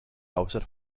hauptstadt